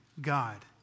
God